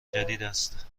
جدیداست